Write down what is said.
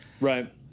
Right